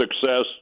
success